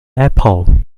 apple